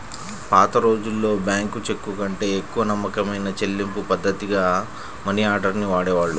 పాతరోజుల్లో బ్యేంకు చెక్కుకంటే ఎక్కువ నమ్మకమైన చెల్లింపుపద్ధతిగా మనియార్డర్ ని వాడేవాళ్ళు